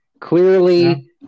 Clearly